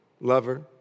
lover